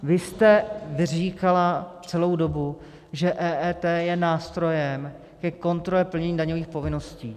Vy jste říkala celou dobu, že EET je nástrojem ke kontrole plnění daňových povinností.